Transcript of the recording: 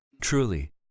Truly